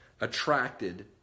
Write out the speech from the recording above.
attracted